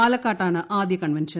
പാലക്കാട്ടാണ് ആദ്യ കൺവെൻഷൻ